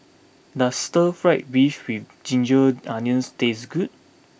does Stir Fry Beef with Ginger Onions taste good